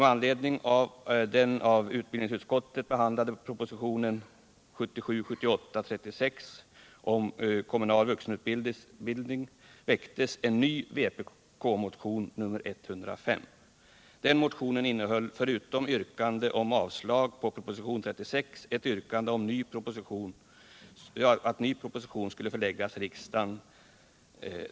Med anledning av den av utbildningsutskottet behandlade propositionen 1977/78:36 om kommunal vuxenutbildning väcktes en ny vpkmotion, nämligen motionen 105. Den motionen innehöll, förutom yrkande om avslag på propositionen 36, ett yrkande om att ny proposition skulle föreläggas riksdagen.